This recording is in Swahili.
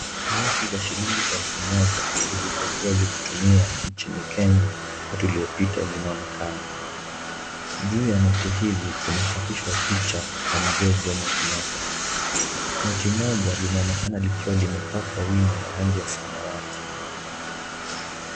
Noti za shilingi elfu moja zilizokuwa zikitumiwa nchini Kenya wakati uliopita zinaonekana. Juu ya noti hivi kumechapishwa picha ya mzee Jomo Kenyatta. Noti moja linaonekana likiwa limepakwa wino wa rangi ya samawati.